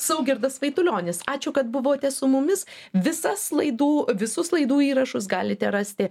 saugirdas vaitulionis ačiū kad buvote su mumis visas laidų visus laidų įrašus galite rasti